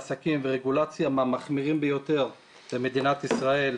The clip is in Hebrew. עסקים ורגולציה מהמחמירים ביותר במדינת ישראל,